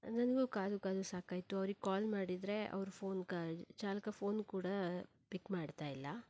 ನನಗೂ ಕಾದು ಕಾದು ಸಾಕಾಯಿತು ಅವ್ರಿಗೆ ಕಾಲ್ ಮಾಡಿದರೆ ಅವರು ಫೋನ್ ಕಾ ಚಾಲಕ ಫೋನ್ ಕೂಡಾ ಪಿಕ್ ಮಾಡ್ತಾಯಿಲ್ಲ